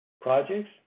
projects